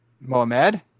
Mohamed